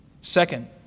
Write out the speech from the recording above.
Second